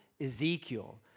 Ezekiel